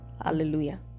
Hallelujah